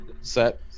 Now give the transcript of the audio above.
set